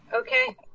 Okay